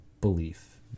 belief